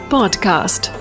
Podcast